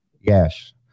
Yes